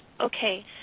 okay